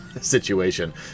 situation